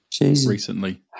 recently